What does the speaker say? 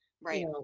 right